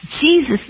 Jesus